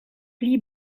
pli